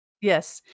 Yes